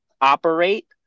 operate